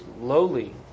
lowly